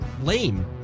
lame